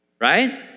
right